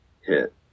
hit